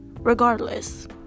Regardless